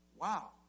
Wow